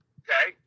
okay